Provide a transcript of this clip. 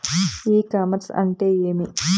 ఇ commerce అంటే ఏమి?